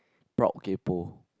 proud kaypo